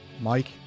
Mike